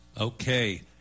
Okay